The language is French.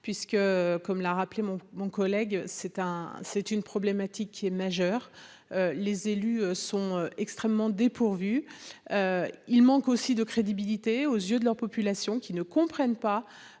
puisque, comme l'a rappelé mon mon collègue c'est un c'est une problématique qui est majeur, les élus sont extrêmement dépourvu, il manque aussi de crédibilité aux yeux de leurs populations qui ne comprennent pas